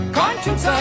conscience